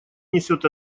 несет